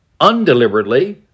undeliberately